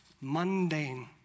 mundane